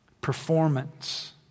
performance